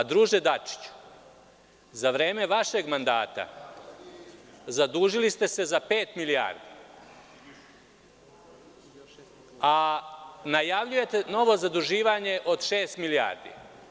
Druže Dačiću, za vreme vašeg mandata, zadužili ste se za pet milijardi, a najavljujete novo zaduživanje od šest milijardi.